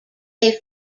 they